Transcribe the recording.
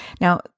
Now